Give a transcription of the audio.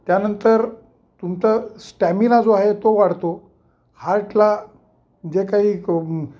त्यानंतर तुमचां स्टॅमिना जो आहे तो वाढतो हार्टला जे काही